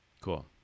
Cool